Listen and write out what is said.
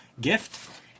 gift